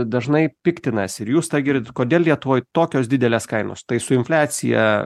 dažnai piktinasi ir jūs tą girdit kodėl lietuvoj tokios didelės kainos tai su infliacija